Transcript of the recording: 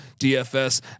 DFS